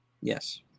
Yes